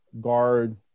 guard